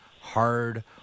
hard